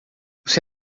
você